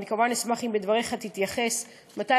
ואני כמובן אשמח אם בדבריך תתייחס ותאמר